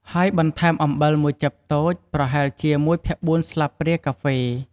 ហើយបន្ថែមអំបិលមួយចិបតូច ប្រហែលជា ១ភាគ៤ ស្លាបព្រាកាហ្វេ។